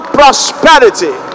prosperity